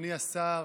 אדוני השר,